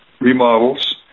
remodels